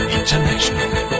International